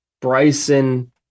Bryson